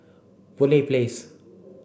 Boon Lay Place